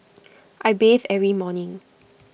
I bathe every morning